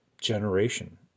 generation